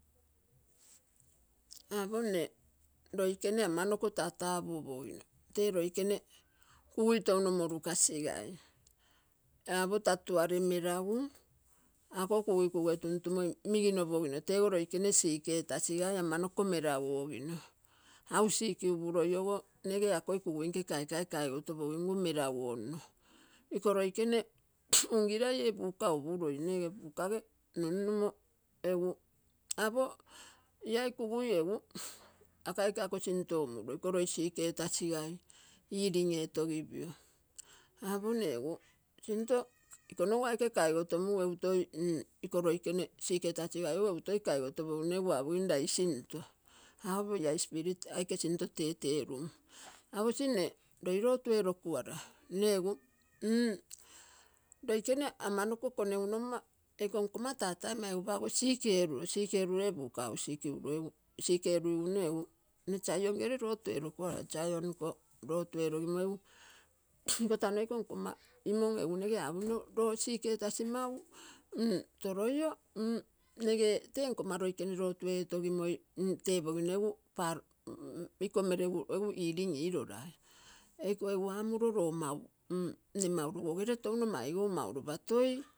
Apo nne loikene ama noke ta tapu opogino te loikene kugui touno morukasigai. Apo ta tuare melagu, ako kugui kuge tumtumoi miginopogino tego loikene siketasigai amanloko meraguogino, hausiki upuloi ogo nege akoi kugui nke kaikai kaigo topogimgu melaguonno. Iko loikene ungilai e buka up uloi nne ege bukag numnumo egu apo iai kugui egu, ako aike ako sinto omolu, iko loi sik etasigai healing etogipio. Apo nne egu sinto iko nogu aike kaigo tomugu egu toi m-iko loike sik etasigai ogo egu toi kaigotopogino apogim lai sinto. Apo iai spirit aike sinto tetelum, aposi nne loi lotu elokuala nne egu m-nne egu loikene amanoko konegu no mma, eko nkomma tatai maigupa apo sik elulo, sik elulo e buka hausik alo. Egu, egu sik eluigu nne egu nne saion gele lotu eroku-ala. Saion nko lotu elogimo egu, ikotano nkomma imon egu nega apomino lo sik etasi mau. Toloio m-nege te nkomma loikene lotu etogimoi tepogino egu iko meregu egu healing ilolai eko egu amulo lo mau u-nne mau lugorele tou maigou mau lopa toi.